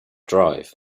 drive